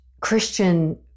Christian